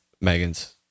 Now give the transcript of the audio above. megan's